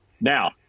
Now